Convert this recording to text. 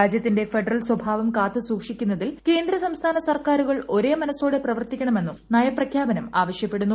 രാജ്യത്തിന്റെ ഫെഡറൽ സ്വഭാവം കാത്തുസൂക്ഷിക്കുന്നതിൽ കേന്ദ്രസംസ്ഥാന സർക്കാരുകൾ ഒരേ മനസ്സോടെ പ്രവർത്തിക്കണമെന്നും നയപ്രഖ്യാപനം ആവശ്യപ്പെടുന്നു